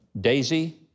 Daisy